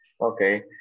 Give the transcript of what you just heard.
Okay